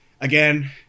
Again